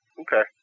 Okay